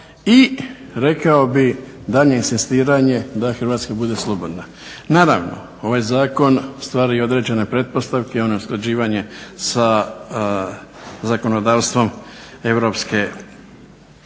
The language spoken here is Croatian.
i rekao bih daljnje inzistiranje da Hrvatska bude slobodna. Naravno ovaj zakon stvara i određene pretpostavke, on je usklađivanje s zakonodavstvom EU. U ovom